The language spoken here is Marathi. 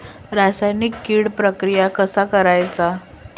रासायनिक कीड प्रक्रिया कसा करायचा?